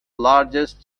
largest